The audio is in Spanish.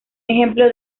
ejemplo